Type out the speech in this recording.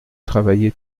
travailler